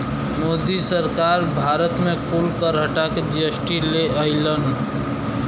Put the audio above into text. मोदी सरकार भारत मे कुल कर हटा के जी.एस.टी ले अइलन